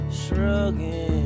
shrugging